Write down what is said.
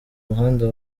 muhanda